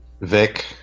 Vic